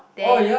then